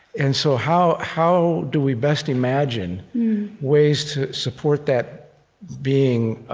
and so how how do we best imagine ways to support that being